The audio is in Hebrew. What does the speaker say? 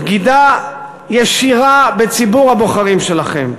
בגידה ישירה בציבור הבוחרים שלכם.